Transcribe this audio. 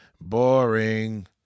Boring